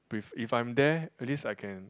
if I'm there at least I can